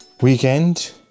weekend